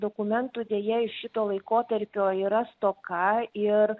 dokumentų deja iš šito laikotarpio yra stoka ir